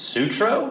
Sutro